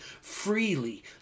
freely